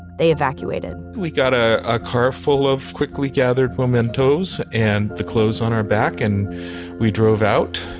they evacuated we got a ah car full of quickly gathered mementos and the clothes on our back, and we drove out,